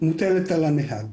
מוטלת על הנהג.